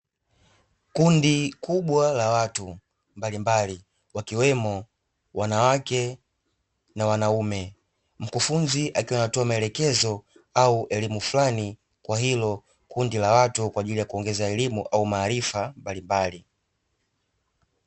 Kundi kubwa la watu mbalimbali, wakiwemo wanawake na wanaume mkufunzi akiwa anatoa maelekezo au elimu fulani kwa hilo kundi la watu kwa ajili ya kuongeza elimu au maarifa mbalimbali.